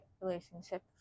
relationship